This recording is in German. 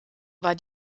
war